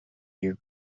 your